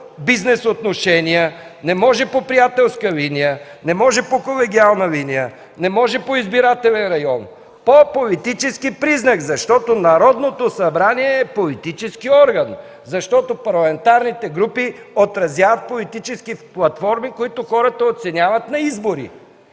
бизнес отношения, не може по приятелска линия, не може по колегиална линия, не може по избирателен район – по политически признак! Защото Народното събрание е политически орган, защото парламентарните групи отразяват политически платформи, които хората оценяват на изборите.